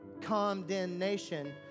condemnation